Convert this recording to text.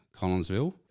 Collinsville